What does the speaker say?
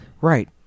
Right